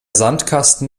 sandkasten